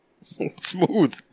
Smooth